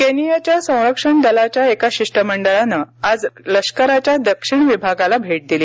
केनियाच्या संरक्षण दलाच्या एका शिष्टमंडळानं आज लष्कराच्या दक्षिण विभागाला भेट दिली